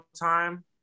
time